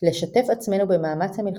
'לשתף עצמנו במאמץ המלחמה,